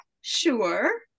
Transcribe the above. sure